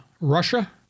Russia